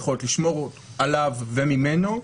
היכולת לשמור עליו וממנו,